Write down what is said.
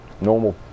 normal